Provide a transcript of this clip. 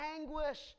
anguish